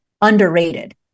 underrated